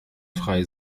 frei